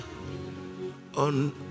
on